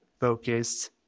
focused